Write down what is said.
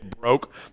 broke